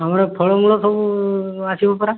ଆମର ଫଳମୂଳ ସବୁ ଆସିବ ପରା